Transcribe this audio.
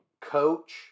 coach